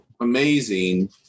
amazing